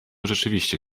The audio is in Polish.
rzeczywiście